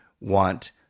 want